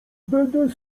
będę